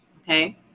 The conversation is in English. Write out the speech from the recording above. okay